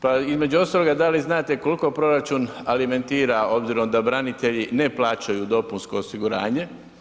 Pa između ostaloga da li znate koliko proračun alimentira obzirom da branitelji ne plaćaju dopunsko osiguranje.